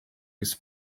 his